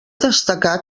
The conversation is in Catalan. destacar